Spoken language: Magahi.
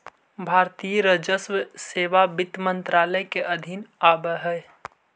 भारतीय राजस्व सेवा वित्त मंत्रालय के अधीन आवऽ हइ